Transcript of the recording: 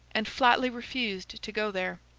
and flatly refused to go there.